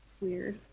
weird